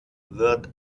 wird